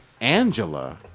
Angela